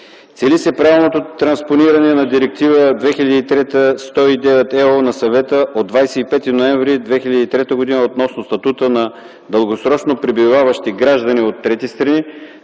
Цели се правилното транспониране на Директива 2003/109/ЕО на Съвета от 25 ноември 2003 г. относно статута на дългосрочно пребиваващи граждани от трети страни,